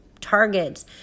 targets